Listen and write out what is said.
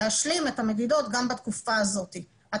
להשלים את המדידות גם בתקופה הזאת וזאת